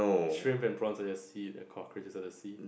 she remember prawns at the sea a cockroach is in the sea